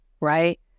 right